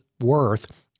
worth